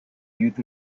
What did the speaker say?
youth